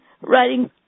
writing